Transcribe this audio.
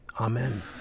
amen